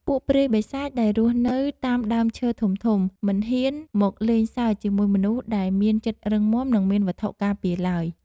ពួកព្រាយបិសាចដែលរស់នៅតាមដើមឈើធំៗមិនហ៊ានមកលេងសើចជាមួយមនុស្សដែលមានចិត្តរឹងមាំនិងមានវត្ថុការពារឡើយ។